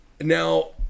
Now